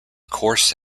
coarse